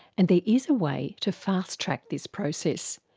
and there is a way to fast-track this process,